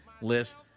list